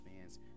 fans